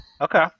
Okay